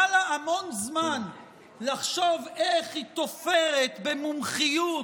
היה לה המון זמן לחשוב איך היא תופרת במומחיות,